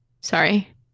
Sorry